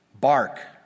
Bark